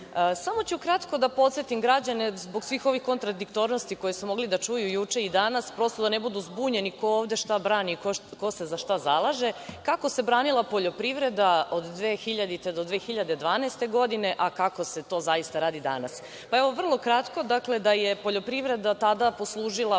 samo ću kratko da podsetim građane zbog svih ovih kontradiktornosti koje su mogli da čuju juče i danas, prosto da ne budu zbunjeni ko ovde šta brani i ko se za šta zalaže, kako se branila poljoprivreda od 2000. do 2012. godine, a kako se to zaista radi danas. Evo vrlo kratko, da je poljoprivreda tada poslužila,